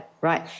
right